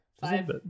five